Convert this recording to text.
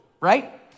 right